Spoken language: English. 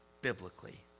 biblically